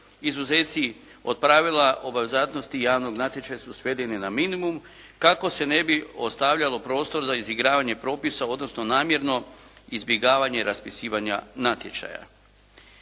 Izuzeci od pravila obvezatnosti javnog natječaja su svedeni na minimum kako se ne bi ostavljalo prostora za izigravanje propisa odnosno namjerno izbjegavanje raspisivanja natječaja.